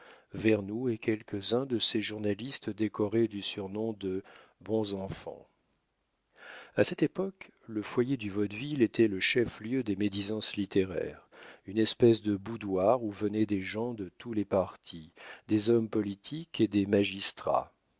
lousteau vernou et quelques-uns de ces journalistes décorés du surnom de bons enfants a cette époque le foyer du vaudeville était le chef-lieu des médisances littéraires une espèce de boudoir où venaient des gens de tous les partis des hommes politiques et des magistrats